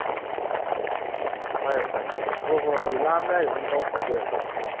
ꯑꯣ ꯑꯣ ꯐꯔꯦ ꯐꯔꯦ ꯑꯗꯨꯗꯤ ꯍꯣꯏ ꯍꯣꯏ ꯑꯩ ꯂꯥꯛꯑꯝꯗꯥꯏꯗ ꯑꯗꯨꯝ ꯄꯥꯎ ꯐꯥꯎꯖꯔꯛꯀꯦ ꯀꯣ